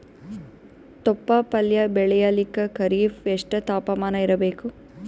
ತೊಪ್ಲ ಪಲ್ಯ ಬೆಳೆಯಲಿಕ ಖರೀಫ್ ಎಷ್ಟ ತಾಪಮಾನ ಇರಬೇಕು?